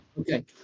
Okay